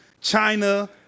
China